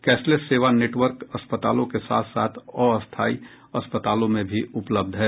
cashless सेवा network अस्पतालों के साथ साथ अस्थायी अस्पतालों में भी उपलब्ध है